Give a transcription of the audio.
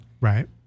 Right